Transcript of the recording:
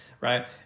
right